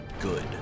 good